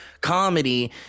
comedy